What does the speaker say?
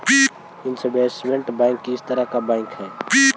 investment bank किस तरह का बैंक हई